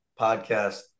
podcast